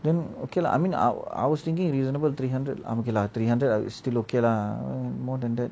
then okay lah I mean I I was thinking reasonable three hundred ah okay lah three hundred still okay lah more than that